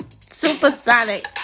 Supersonic